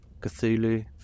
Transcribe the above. Cthulhu